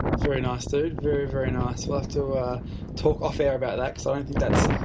so very nice, dude. very, very nice. we'll have to talk off air about that because i don't think that's